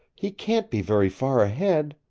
he can't be very far ahead